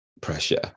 pressure